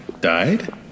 Died